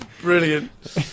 Brilliant